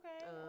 Okay